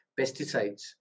pesticides